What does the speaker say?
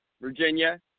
Virginia